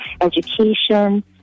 education